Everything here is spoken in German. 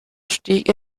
stieg